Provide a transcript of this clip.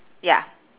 ya